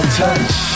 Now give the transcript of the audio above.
touch